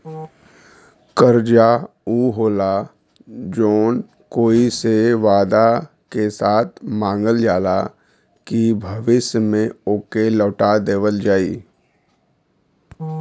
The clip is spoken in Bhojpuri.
कर्जा ऊ होला जौन कोई से वादा के साथ मांगल जाला कि भविष्य में ओके लौटा देवल जाई